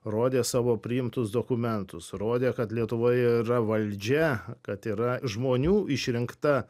rodė savo priimtus dokumentus rodė kad lietuvoje yra valdžia kad yra žmonių išrinkta